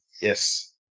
Yes